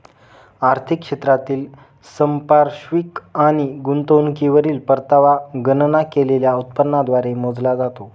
आर्थिक क्षेत्रातील संपार्श्विक आणि गुंतवणुकीवरील परतावा गणना केलेल्या उत्पन्नाद्वारे मोजला जातो